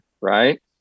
right